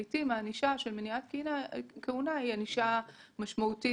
לעיתים הענישה של מניעת כהונה היא ענישה משמעותית.